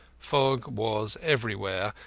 fog was everywhere,